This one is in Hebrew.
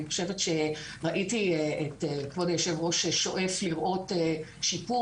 ראיתי את כבוד היושב-ראש שואף לראות שיפור